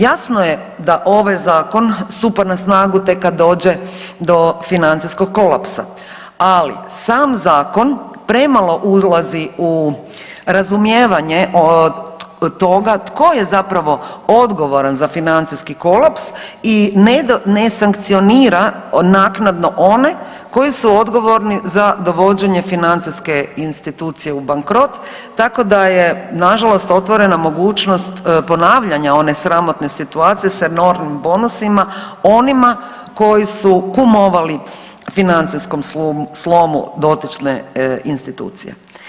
Jasno je da ovaj zakon stupa na snagu tek kad dođe do financijskog kolapsa, ali sam zakon premalo ulazi u razumijevanje toga to je zapravo odgovoran za financijski kolaps i ne sankcionira naknadno one koji su odgovorni za dovođenje financijske institucije u bankrot, tako da je nažalost otvorena mogućnost ponavljanja one sramotne situacije sa enormnim bonusima onima koji su kumovali financijskom slomu dotične institucije.